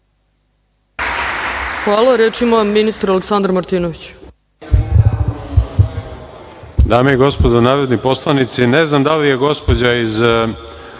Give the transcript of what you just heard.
Hvala